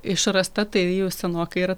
išrasta tai ji jau senokai yra